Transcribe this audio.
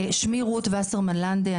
שמי רות וסרמן לנדה.